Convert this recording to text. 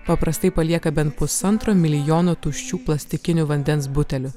paprastai palieka bent pusantro milijono tuščių plastikinių vandens butelių